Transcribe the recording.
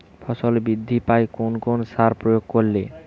ফসল বৃদ্ধি পায় কোন কোন সার প্রয়োগ করলে?